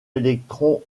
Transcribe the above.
électrons